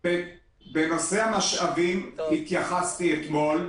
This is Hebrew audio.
אז לנושא המשאבים התייחסתי אתמול.